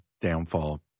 downfall